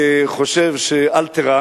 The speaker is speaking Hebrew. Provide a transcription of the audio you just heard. חושב שאל תירא